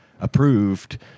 approved